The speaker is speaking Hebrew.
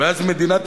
ואז מדינת ישראל,